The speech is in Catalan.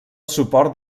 suport